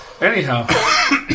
Anyhow